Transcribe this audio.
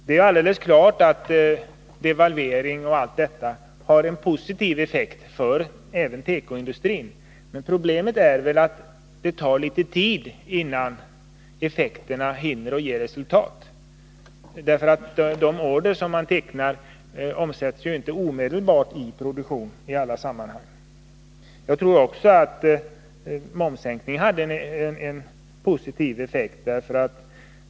Det är alldeles klart att devalveringen och annat har en positiv effekt även för tekoindustrin, men problemet är att det tar tid innan åtgärderna hinner ge effekt. De order som man tecknar omsätts ju inte omedelbart i produktion i alla sammanhang. Jag tror också att momssänkningen hade en positiv effekt.